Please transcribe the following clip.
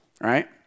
right